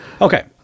okay